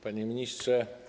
Panie Ministrze!